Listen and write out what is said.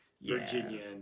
Virginia